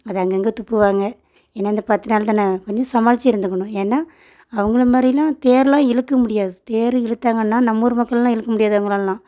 அது அங்கங்கே துப்புவாங்க ஏன்னால் இந்த பத்து நாள் தானே கொஞ்சம் சமாளித்து இருந்துக்கணும் ஏன்னால் அவங்களை மாதிரிலாம் தேரெலாம் இழுக்க முடியாது தேர் இழுத்தாங்கனா நம்ம ஊர் மக்களெலாம் இழுக்க முடியாது அவங்களாலெலாம்